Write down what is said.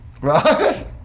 Right